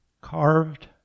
carved